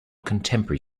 contemporary